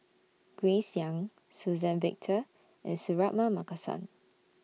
Grace Young Suzann Victor and Suratman Markasan